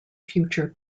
future